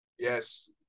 Yes